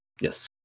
yes